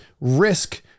risk